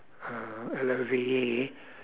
uh L O V E E